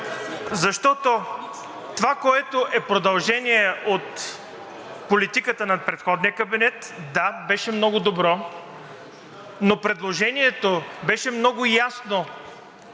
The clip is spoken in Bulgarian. Защото това, което е предложение от политиката на предходния кабинет – да, беше много добро, но предложението беше много ясно.